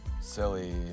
silly